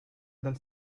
dal